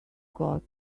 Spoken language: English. got